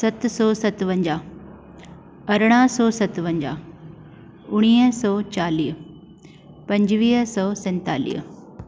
सत सौ सतवंजाह अरड़हां सौ सतवंजाहु उणीवीह सौ चालीह पंजवीह सौ सतेतालीह